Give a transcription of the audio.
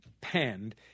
panned